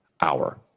hour